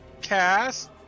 cast